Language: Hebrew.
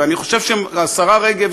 ואני חושב שהשרה רגב,